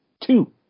two